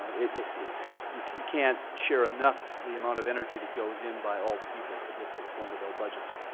it it you you can't share enough the amount of energy that goes in by all the people to get to the point of our budgets.